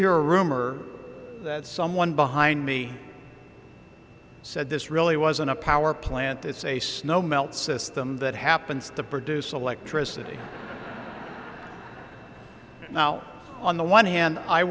hear a rumor that someone behind me said this really wasn't a power plant it's a snow melt system that happens to produce electricity now on the one hand i